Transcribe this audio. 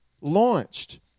launched